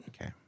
Okay